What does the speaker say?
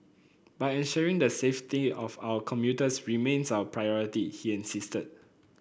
but ensuring the safety of our commuters remains our priority he insisted